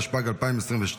התשפ"ג 2022,